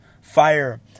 fire